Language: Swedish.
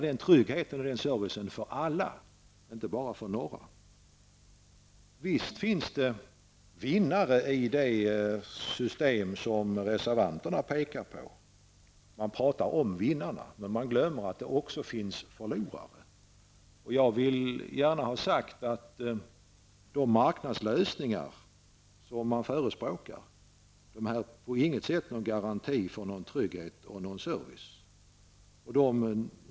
Den tryggheten och den servicen garanteras för alla, inte bara för några. Visst finns det vinnare i det system som reservanterna pekar på. Man pratar om vinnarna, men man glömmer att det också finns förlorare. Jag vill gärna ha sagt att de marknadslösningar som man förespråkar på intet sätt är någon garanti för trygghet och service.